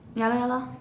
ya lor ya lor